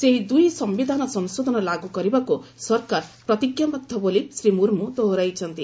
ସେହି ଦୁଇ ସମ୍ଭିଧାନ ସଂଶୋଧନ ଲାଗୁ କରିବାକୁ ସରକାର ପ୍ରତିଜ୍ଞାବଦ୍ଧ ବୋଲି ଶ୍ରୀ ମୁର୍ମୁ ଦୋହରାଇଛନ୍ତି